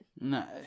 No